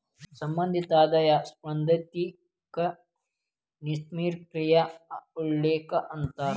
ಸಂಬಂಧಿತ ಆದಾಯ ಸೈದ್ಧಾಂತಿಕ ನಿಷ್ಕ್ರಿಯ ಉಲ್ಲೇಖ ಅಂತಾರ